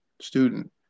student